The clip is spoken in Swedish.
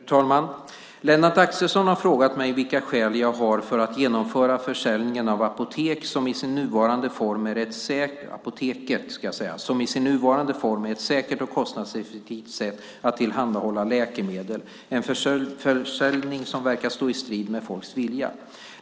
Fru ålderspresident! Lennart Axelsson har frågat mig vilka skäl jag har för att genomföra försäljningen av Apoteket som i sin nuvarande form är ett säkert och kostnadseffektivt sätt att tillhandahålla läkemedel, en försäljning som verkar stå i strid med folks vilja.